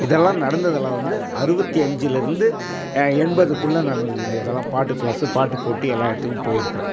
இதெல்லாம் நடந்ததெல்லாம் வந்து அறுபத்தி அஞ்சிலேருந்து எண்பதுக்குள்ளே நடந்தது இந்த இதெல்லாம் பாட்டுக் க்ளாஸு பாட்டுப் போட்டி எல்லா இடத்துக்கும் போயிருக்கிறேன்